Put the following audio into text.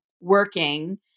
working